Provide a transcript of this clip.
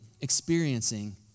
experiencing